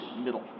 middle